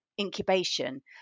incubation